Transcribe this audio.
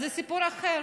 זה סיפור אחר.